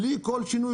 בלי כל שינוי,